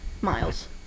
Miles